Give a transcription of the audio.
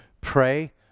pray